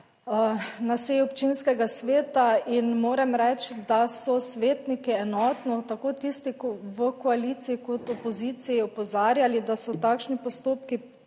občinskega sveta. In moram reči, da so svetniki enotno, tako tisti, ki so v koaliciji, kot opoziciji, opozarjali, da so takšni postopki